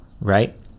right